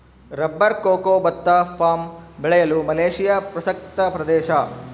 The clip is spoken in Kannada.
ರಬ್ಬರ್ ಕೊಕೊ ಭತ್ತ ಪಾಮ್ ಬೆಳೆಯಲು ಮಲೇಶಿಯಾ ಪ್ರಸಕ್ತ ಪ್ರದೇಶ